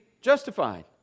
justified